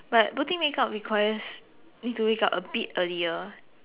but putting makeup requires need to wake up a bit earlier